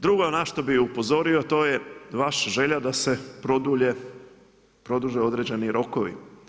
Drugo na što bih upozorio to je vaša želja da se produže određeni rokovi.